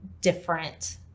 different